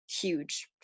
huge